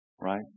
Right